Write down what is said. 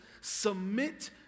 submit